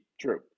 true